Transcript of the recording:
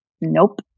Nope